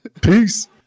Peace